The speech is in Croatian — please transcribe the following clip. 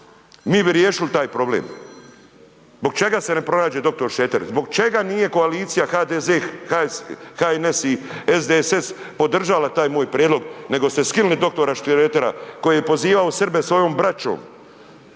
mi bi riješili taj problem. Zbog čega se ne pronađe dr. Šreter? Zbog čega nije koalicija HDZ, HNS i SDSS podržala taj moj prijedlog, nego ste skinuli dr. Šretera koji je pozivao Srbe svojom braćom,